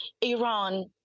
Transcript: Iran